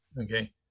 Okay